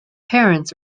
parents